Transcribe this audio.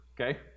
Okay